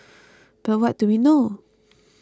but what do we know